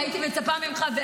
הייתי מצפה ממך,